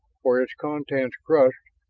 or its contents crushed,